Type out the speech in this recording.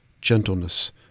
gentleness